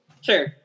Sure